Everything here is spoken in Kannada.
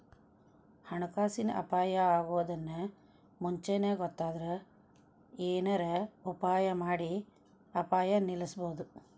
ಹಣಕಾಸಿನ್ ಅಪಾಯಾ ಅಗೊದನ್ನ ಮುಂಚೇನ ಗೊತ್ತಾದ್ರ ಏನರ ಉಪಾಯಮಾಡಿ ಅಪಾಯ ನಿಲ್ಲಸ್ಬೊದು